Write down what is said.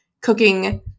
cooking